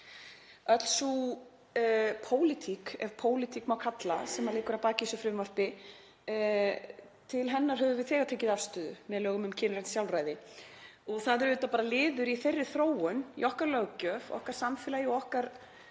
Öll sú pólitík, ef pólitík má kalla, sem liggur að baki þessu frumvarpi, til hennar höfum við þegar tekið afstöðu með lögum um kynrænt sjálfræði. Það er auðvitað bara liður í þeirri þróun í okkar löggjöf, okkar samfélagi og okkar